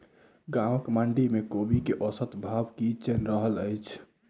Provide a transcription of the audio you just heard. गाँवक मंडी मे कोबी केँ औसत भाव की चलि रहल अछि?